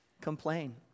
complain